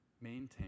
Maintain